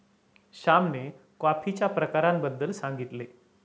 श्यामने कॉफीच्या प्रकारांबद्दल सांगितले